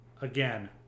Again